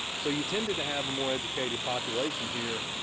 so you tended to have more educated population here,